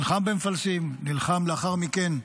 נלחם במפלסים, נלחם לאחר מכן,